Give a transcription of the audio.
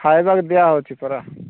ଖାଇବାକୁ ଦିଆହେଉଛି ପରା